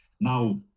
now